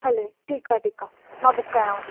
हले ठीकु आहे ठीकु आहे मां बुक कयांव थी